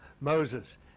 Moses